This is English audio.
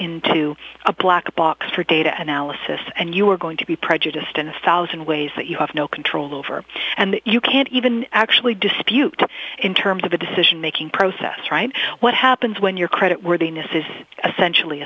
into a black box for data analysis and you're going to be prejudiced in a thousand ways that you have no control over and you can't even actually dispute in terms of a decision making process right what happens when your credit